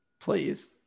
please